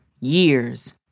years